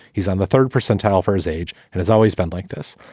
he's on the third percentile for his age and has always been like this.